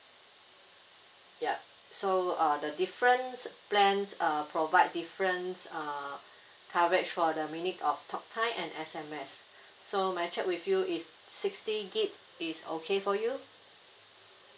ya so uh the different plans uh provide different uh coverage for the minute of talk time and S_M_S so may I check with you if sixty gigabyte is okay for you